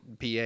PA